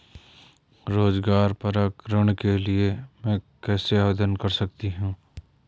रोज़गार परक ऋण के लिए मैं कैसे आवेदन कर सकतीं हूँ?